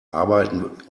arbeiten